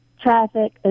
traffic